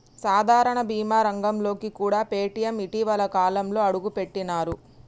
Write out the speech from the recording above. సాధారణ బీమా రంగంలోకి కూడా పేటీఎం ఇటీవలి కాలంలోనే అడుగుపెట్టినరు